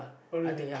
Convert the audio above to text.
oh really